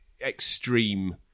extreme